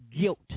guilt